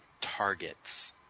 targets